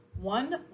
one